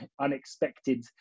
unexpected